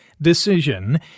decision